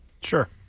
Sure